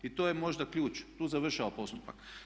I to je možda ključ, tu završava postupak.